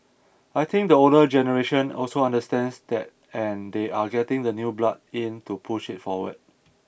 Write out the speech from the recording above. I think the older generation also understands that and they are getting the new blood in to push it forward